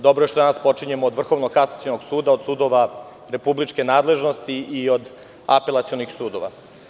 Dobro je što danas počinjemo od Vrhovnog kasacionog suda, od suda republičke nadležnosti i od apelacionih sudova.